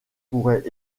pourrait